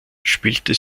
spielte